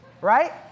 right